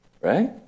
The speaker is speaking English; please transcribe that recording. Right